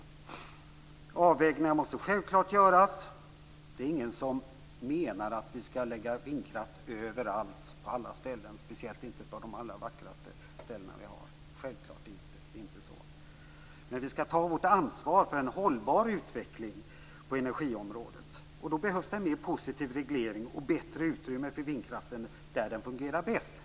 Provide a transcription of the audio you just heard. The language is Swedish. Avvägningar måste självklart göras. Det är ingen som menar att vi skall lägga vindkraft överallt och på alla ställen - speciellt inte på de vackraste ställena vi har. Självklart är det inte så. Men vi skall ta vårt ansvar för en hållbar utveckling på energiområdet, och då behövs det en mer positiv reglering och bättre utrymme för vindkraften där den fungerar bäst.